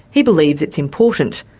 he believes it's important.